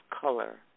color